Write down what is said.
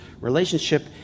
Relationship